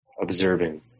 observing